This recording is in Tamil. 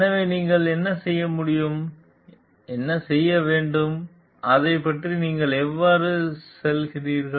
எனவே நீங்கள் என்ன செய்ய முடியும் செய்ய வேண்டும் அதைப் பற்றி நீங்கள் எவ்வாறு செல்கிறீர்கள்